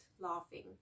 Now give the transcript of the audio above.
laughing